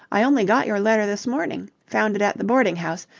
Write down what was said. i only got your letter this morning. found it at the boarding-house.